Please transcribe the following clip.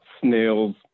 snails